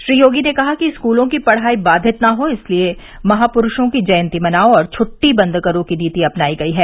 श्री योगी ने कहा कि स्कूलों की पढ़ाई बाधित न हो इसलिए महापुरुषों की जयंती मनाओ और छुट्टी बंद करो की नीति अपनाई गई है